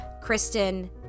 Kristen